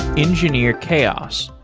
engineer chaos.